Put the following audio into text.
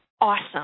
Awesome